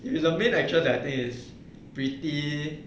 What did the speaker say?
if it is the main actress I think is pretty